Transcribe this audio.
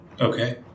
Okay